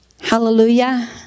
Hallelujah